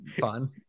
fun